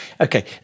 Okay